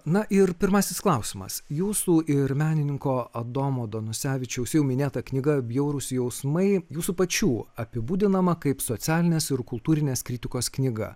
na ir pirmasis klausimas jūsų ir menininko adomo danusevičiaus jau minėta knyga bjaurūs jausmai jūsų pačių apibūdinama kaip socialinės ir kultūrinės kritikos knyga